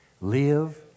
live